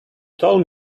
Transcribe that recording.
told